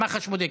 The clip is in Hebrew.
מח"ש בודקת,